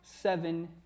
seven